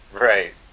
Right